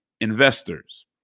investors